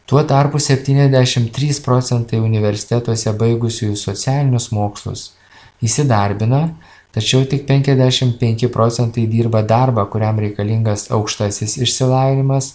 tuo tarpu septyniasdešim trys procentai universitetuose baigusiųjų socialinius mokslus įsidarbina tačiau tik penkiasdešim penki procentai dirba darbą kuriam reikalingas aukštasis išsilavinimas